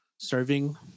serving